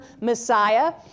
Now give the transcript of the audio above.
Messiah